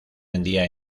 vendía